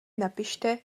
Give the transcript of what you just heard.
napište